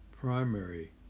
primary